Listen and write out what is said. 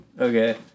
Okay